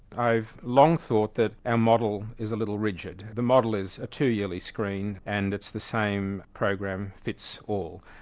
i've long thought that our model is a little rigid. the model is a two yearly screen and it's the same program fits all.